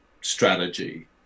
strategy